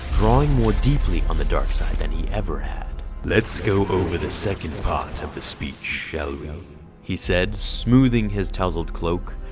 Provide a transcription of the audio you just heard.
drawing more deeply on the dark side than he ever had. let's go over the second part of the speech, shall we? he said smoothing his tousled cloak.